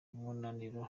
umunaniro